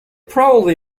probably